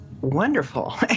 wonderful